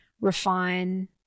refine